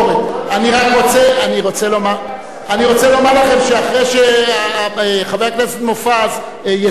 אני רק רוצה לומר לכם שאחרי שחבר הכנסת מופז יסיים את דבריו,